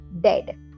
dead